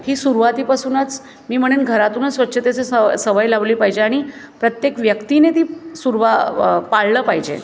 ही सुरुवातीपासूनच मी म्हणेन घरातूनच स्वच्छतेची सव सवय लावली पाहिजे आणि प्रत्येक व्यक्तीने ती सुरुवा व पाळलं पाहिजे